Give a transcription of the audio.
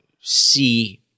see